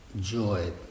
joy